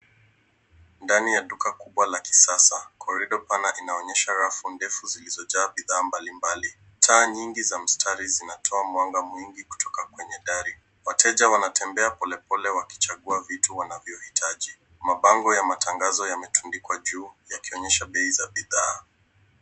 Ndani ya duka kubwa la kisasa, korido pana inaonyesha rafu ndefu zilizojaa bidhaa mbalimbali. Taa nyingi za mstari zinatoa mwanga mwingi kutoka kwenye dari. Wateja wanatembea polepole wakichagua vitu wanavyohitaji. Mabango ya matangazo yametundikwa juu yakionyesha bei ya bidhaa.